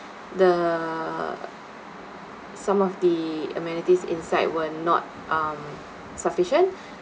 the some of the amenities inside were not um sufficient